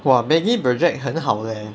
!wah! benzi project 很好 leh